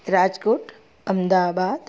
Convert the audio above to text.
Rajkot Ahmedabad